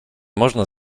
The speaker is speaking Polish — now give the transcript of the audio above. można